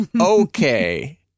Okay